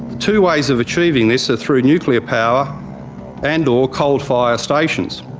two ways of achieving this are through nuclear power and or coal-fire stations,